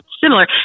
similar